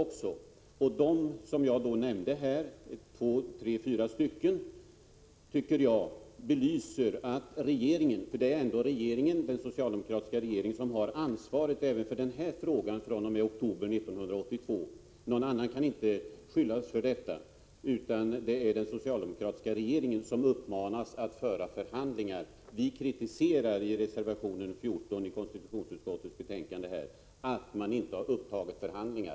De faktorer som jag nämnde tycker jag belyser att det är regeringen - eftersom det trots allt är den socialdemokratiska regeringen som har ansvaret även för denna fråga fr.o.m. oktober 1982, någon annan kan inte skyllas för detta — som uppmanas att föra förhandlingar. Vi kritiserar i reservation 14 att man inte har upptagit förhandlingar.